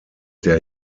der